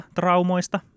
traumoista